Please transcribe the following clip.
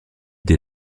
des